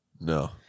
No